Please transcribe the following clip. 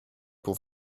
pour